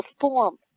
form